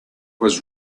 was